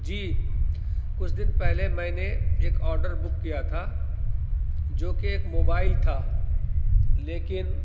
جی کچھ دن پہلے میں نے ایک آرڈر بک کیا تھا جو کہ ایک موبائل تھا لیکن